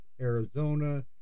Arizona